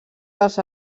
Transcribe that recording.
dels